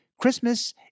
Christmas